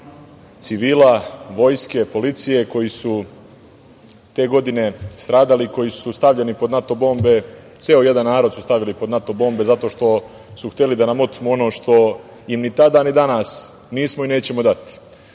civila, vojske, policije, koji su te godine stradali i koji su stavljeni pod NATO bombe. Ceo jedan narod su stavili pod NATO bombe zato što su hteli da nam otmu ono što im ni tada ni danas nismo i nećemo dati,